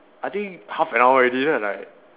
I think half an hour already then I like